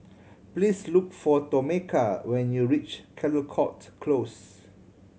please look for Tomeka when you reach Caldecott Close